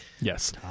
Yes